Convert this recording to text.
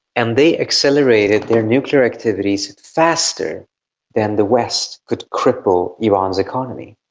and they accelerated their nuclear activities faster than the west could cripple iran's economy.